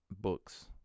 books